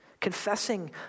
Confessing